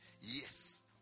Yes